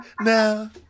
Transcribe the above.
now